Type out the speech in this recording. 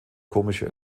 komische